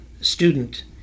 student